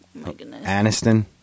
Aniston